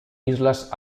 islas